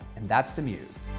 and that's the muse.